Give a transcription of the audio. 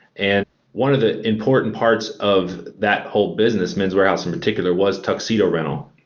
and one of the important parts of that whole business men's wearhouse in particular, was tuxedo rental.